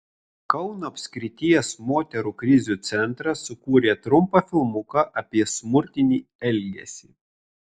kauno apskrities moterų krizių centras sukūrė trumpą filmuką apie smurtinį elgesį